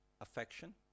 affection